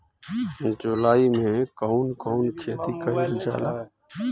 जुलाई मे कउन कउन खेती कईल जाला?